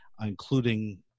including